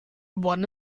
one